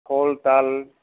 খোল তাল